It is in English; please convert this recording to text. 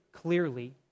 clearly